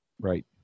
Right